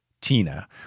Tina